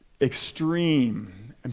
extreme